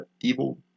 evil